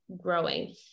growing